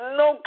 no